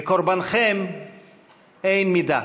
לקורבנכם אין מידה,